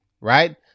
right